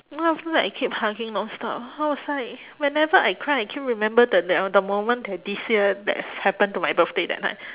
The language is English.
then after that I keep hugging nonstop I was like whenever I cry I keep remember the that one the moment the this year that happen to my birthday that night